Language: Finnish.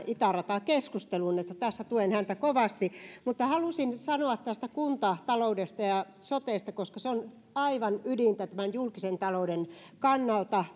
itäratakeskusteluun tässä tuen häntä kovasti haluaisin sanoa tästä kuntataloudesta ja sotesta koska se on aivan ydintä tämän julkisen talouden kannalta